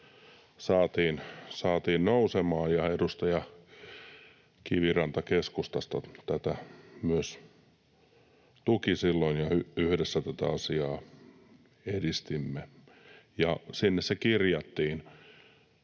saatiin nousemaan. Myös edustaja Kiviranta keskustasta tätä tuki silloin, ja yhdessä tätä asiaa edistimme, ja sinne se kirjattiin.